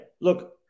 look